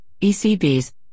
ECB's